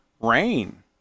Rain